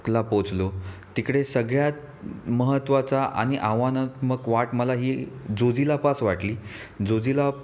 ला पोचलो तिकडे सगळ्यात महत्त्वाचा आणि आव्हानात्मक वाट मला ही जोझिला पास वाटली जोझिला